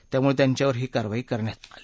त्यामुळे त्यांच्यावर ही कारवाई करण्यात आली